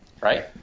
Right